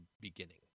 beginning